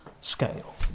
scale